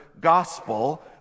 gospel